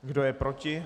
Kdo je proti?